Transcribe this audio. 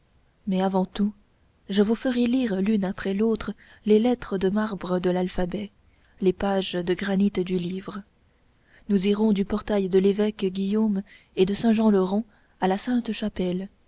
mais avant tout je vous ferai lire l'une après l'autre les lettres de marbre de l'alphabet les pages de granit du livre nous irons du portail de l'évêque guillaume et de saint jean le rond à la sainte-chapelle